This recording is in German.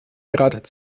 grad